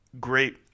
Great